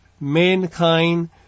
mankind